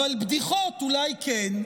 אבל בדיחות אולי כן.